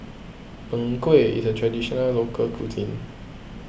Png Kueh is a Traditional Local Cuisine